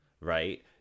Right